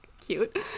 Cute